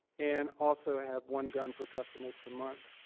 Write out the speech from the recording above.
and also have one gun per customer per month.